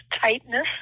tightness